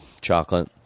chocolate